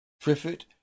triffitt